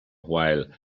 while